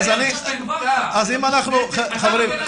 איזה